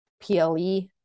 ple